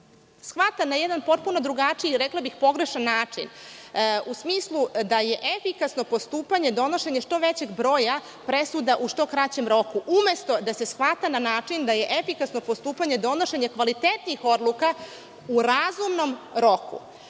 shvata na jedan potpuno drugačiji, rekla bih pogrešan način u smislu da je efikasno postupanje donošenje što većeg broja presuda u što kraćem roku, umesto da se shvata na način da je efikasno postupanje donošenje kvalitetnijih odluka u razumnom